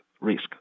Risk